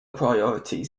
priorities